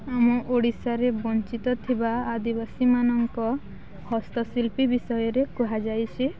ଆମ ଓଡ଼ିଶାରେ ବଞ୍ଚିତ ଥିବା ଆଦିବାସୀ ମାନଙ୍କ ହସ୍ତଶିଳ୍ପୀ ବିଷୟରେ କୁହାଯାଇଛି